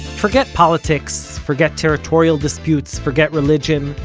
forget politics, forget territorial disputes, forget religion.